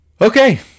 Okay